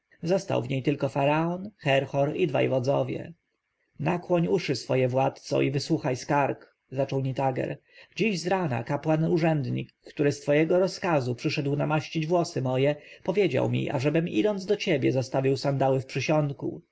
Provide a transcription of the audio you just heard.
został w niej tylko faraon herhor i dwaj wodzowie nakłoń uszy swoje władco i wysłuchaj skarg zaczął nitager dziś z rana kapłan-urzędnik który z twego rozkazu przyszedł namaścić włosy moje powiedział mi ażebym idąc do ciebie zostawił sandały w przysionku